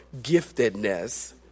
giftedness